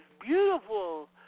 beautiful